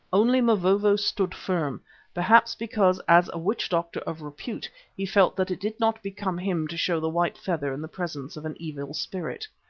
only mavovo stood firm perhaps because as a witch-doctor of repute he felt that it did not become him to show the white feather in the presence of an evil spirit.